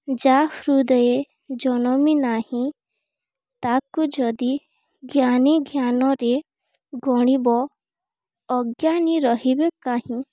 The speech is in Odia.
ଯା ହୃଦୟ ଜନମି ନାହିଁ ତାକୁ ଯଦି ଜ୍ଞାନୀ ଜ୍ଞାନରେ ଗଣିବ ଅଜ୍ଞାନୀ ରହିବେ କାହିଁ